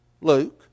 Luke